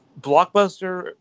Blockbuster